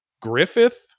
griffith